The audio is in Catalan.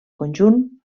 conjunt